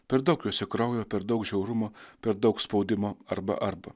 per daug juose kraujo per daug žiaurumo per daug spaudimo arba arba